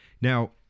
now